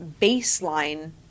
baseline